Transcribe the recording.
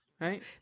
Right